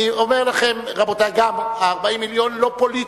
אני אומר לכם, רבותי, גם ה-40 מיליון לא פוליטיים,